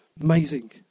Amazing